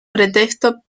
pretexto